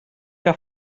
que